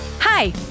Hi